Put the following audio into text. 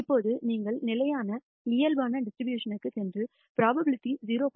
இப்போது நீங்கள் நிலையான இயல்பான டிஸ்ட்ரிபியூஷன் ற்குச் சென்று புரோபாபிலிடி 0